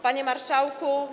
Panie Marszałku!